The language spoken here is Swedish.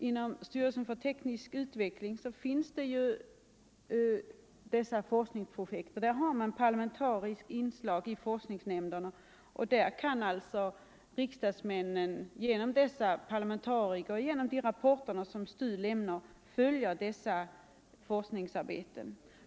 Inom styrelsen för teknisk utveckling finns dessa forskningsprojekt, och där har man parlamentariska inslag i forskningsnämnderna. Där kan alltså riksdagsmännen genom parlamentarikerna och genom de rapporter som STU lämnar följa forskningsarbetet.